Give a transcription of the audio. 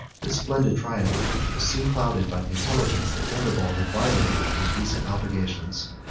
this splendid triumph was soon clouded by the intelligence, that gundobald had violated his recent obligations,